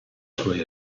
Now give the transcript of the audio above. suoi